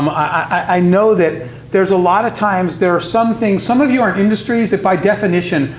um i know that there's a lot of times there are some things some of you are in industries that, by definition,